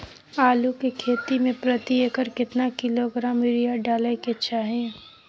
आलू के खेती में प्रति एकर केतना किलोग्राम यूरिया डालय के चाही?